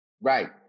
Right